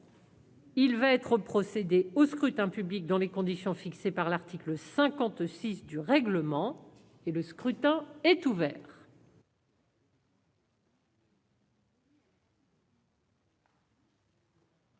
Il va être procédé au scrutin dans les conditions fixées par l'article 56 du règlement. Le scrutin est ouvert.